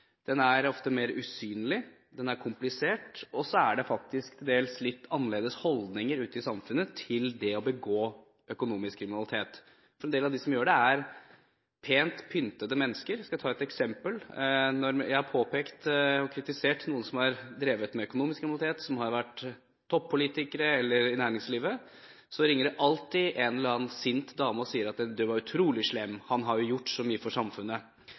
Den er komplisert. Og så er det faktisk til dels litt annerledes holdninger ute i samfunnet til det å begå økonomisk kriminalitet, for en del av dem som gjør det, er pent pyntede mennesker. Jeg skal ta et eksempel: Når jeg har påpekt og kritisert noen som har drevet med økonomisk kriminalitet, som har vært toppolitikere eller vært i næringslivet, ringer det alltid en eller annen sint dame og sier at jeg er utrolig slem – han har jo gjort så mye for samfunnet.